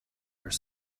are